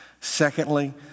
Secondly